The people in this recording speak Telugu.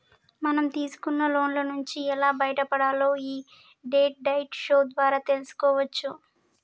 మనం తీసుకున్న లోన్ల నుంచి ఎలా బయటపడాలో యీ డెట్ డైట్ షో ద్వారా తెల్సుకోవచ్చు